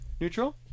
Neutral